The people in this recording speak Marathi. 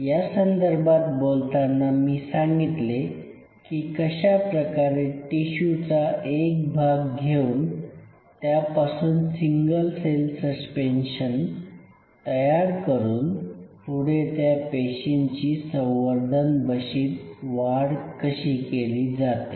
यासंदर्भात बोलताना मी सांगितले की कशा प्रकारे टिशूचा एक भाग घेऊन त्यापासून सिंगल सेल सस्पेन्शन तयार करून पुढे त्या पेशींची संवर्धन बशीत वाढ कशी केली जाते